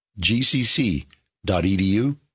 GCC.edu